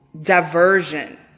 diversion